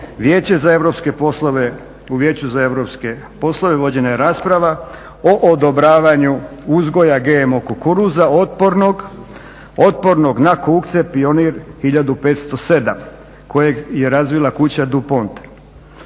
u Vijeću za europske poslove vođena je rasprava o odobravanju uzgoja GMO kukuruza otpornog na kukce Pioneer 1507 kojeg je razvila kuća DuPont.